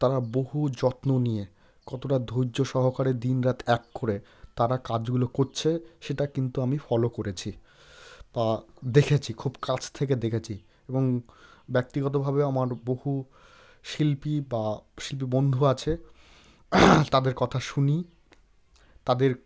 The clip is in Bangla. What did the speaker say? তারা বহু যত্ন নিয়ে কতটা ধৈর্য সহকারে দিন রাত এক করে তারা কাজগুলো কচ্ছে সেটা কিন্তু আমি ফলো করেছি বা দেখেছি খুব কাছ থেকে দেখেছি এবং ব্যক্তিগতভাবে আমার বহু শিল্পী বা শিল্পী বন্ধু আছে তাদের কথা শুনি তাদের